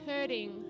hurting